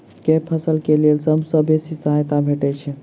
केँ फसल केँ लेल सबसँ बेसी सहायता भेटय छै?